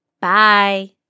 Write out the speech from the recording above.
Bye